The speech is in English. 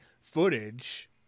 footage